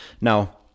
Now